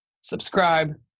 subscribe